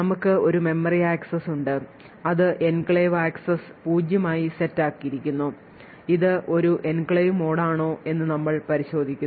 നമ്മൾക്കു ഒരു memory access ഉണ്ട് അത് എൻക്ലേവ് ആക്സസ് പൂജ്യമായി set ആക്കിയിരിക്കുന്നു ഇത് ഒരു എൻക്ലേവ് മോഡാണോ എന്ന് നമ്മൾ പരിശോധിക്കുന്നു